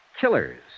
killers